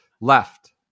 left